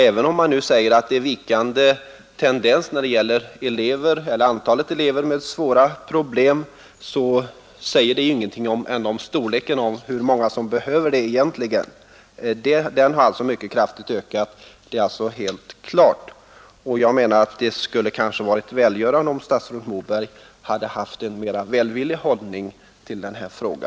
Även om man nu säger att det stormfälld skog föreligger en vikande tendens i fråga om antalet elever med svära problem, säger detta ingenting om de verkligt behövandes antal. Att detta ökat är helt klart. Det skulle kanske ha varit välgörande om statsrådet Moberg intagit en mera välvillig hållning till denna fråga.